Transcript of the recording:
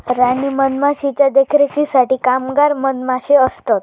राणी मधमाशीच्या देखरेखीसाठी कामगार मधमाशे असतत